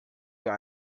wir